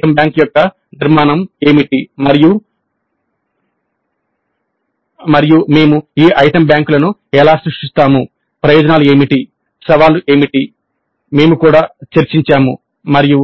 item bank యొక్క నిర్మాణం ఏమిటి మరియు మేము ఈ ఐటెమ్ బ్యాంకులను ఎలా సృష్టిస్తాము ప్రయోజనాలు ఏమిటి సవాళ్లు ఏమిటి మేము కూడా చర్చించాము మరియు